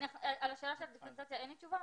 על השאלה של דיפרנציאציה אין לי תשובה.